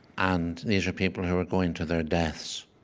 and these are people who were going to their deaths,